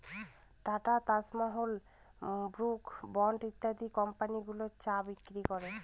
tata, Taj Mahal, Brooke Bond ইত্যাদি company গুলো চা বিক্রি করে